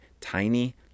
tiny